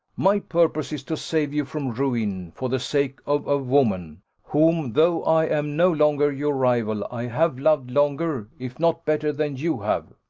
my purpose is to save you from ruin, for the sake of a woman, whom, though i am no longer your rival, i have loved longer, if not better, than you have.